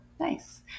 Nice